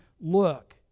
look